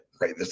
right